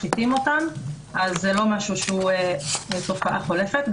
אז זו לא תופעה חולפת.